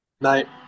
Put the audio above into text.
Night